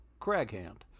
Craghand